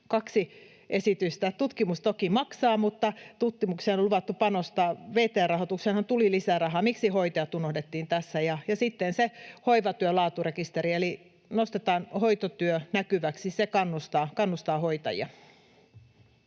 kaksi esitystä. Tutkimus toki maksaa, mutta tutkimukseen on luvattu panostaa. VTR-rahoitukseenhan tuli lisää rahaa. Miksi hoitajat unohdettiin tässä? Ja sitten se hoivatyön laaturekisteri, eli nostetaan hoitotyö näkyväksi — se kannustaa hoitajia.